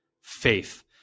faith